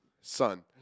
Son